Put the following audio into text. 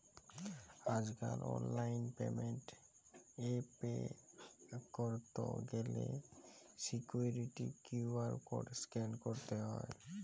আজ কাল online payment এ পে ক্যরত গ্যালে সিকুইরিটি কিউ.আর কড স্ক্যান ক্যরা হ্য়